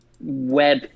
web